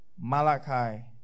Malachi